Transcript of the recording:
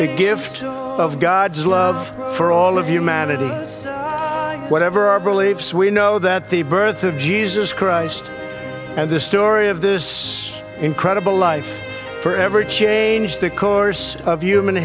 a gift of god's love for all of humanity whatever our beliefs we know that the birth of jesus christ and the story of this in credible life forever changed the course of human